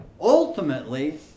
ultimately